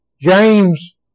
James